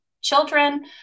children